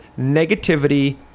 negativity